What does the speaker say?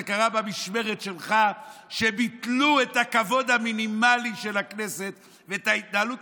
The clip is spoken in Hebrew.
זה קרה במשמרת שלך שביטלו את הכבוד המינימלי של הכנסת ואת ההתנהלות